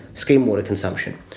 scheme water consumption,